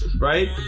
Right